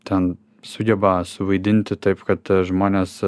ten sugeba suvaidinti taip kad tie žmonės